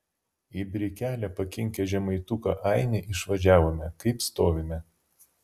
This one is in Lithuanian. į brikelę pakinkę žemaituką ainį išvažiavome kaip stovime